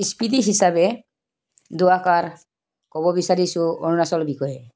স্মৃতি হিচাপে দুআষাৰ ক'ব বিচাৰিছো অৰুণাচলৰ বিষয়ে